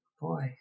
Boy